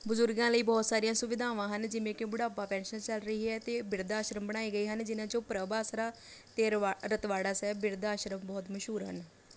ਬਜ਼ੁਰਗਾਂ ਲਈ ਬਹੁਤ ਸਾਰੀਆਂ ਸੁਵਿਧਾਵਾਂ ਹਨ ਜਿਵੇਂ ਕਿ ਬੁਢਾਪਾ ਪੈਨਸ਼ਨ ਚੱਲ ਰਹੀ ਹੈ ਅਤੇ ਬਿਰਧ ਆਸ਼ਰਮ ਬਣਾਏ ਗਏ ਹਨ ਜਿਹਨਾਂ 'ਚੋਂ ਪ੍ਰਭ ਆਸਰਾ ਅਤੇ ਰਵਾ ਰਤਵਾੜਾ ਸਾਹਿਬ ਬਿਰਧ ਆਸ਼ਰਮ ਬਹੁਤ ਮਸ਼ਹੂਰ ਹਨ